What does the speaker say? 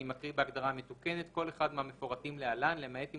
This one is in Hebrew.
אני מקריא את ההגדרה המתוקנת: "כל אחד מהמפורטים להלן למעט אם